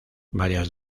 varias